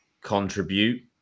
contribute